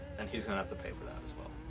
and he's gonna have to pay for that as well.